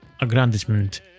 aggrandizement